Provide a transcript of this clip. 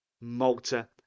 Malta